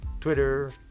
Twitter